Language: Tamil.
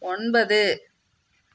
ஒன்பது